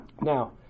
Now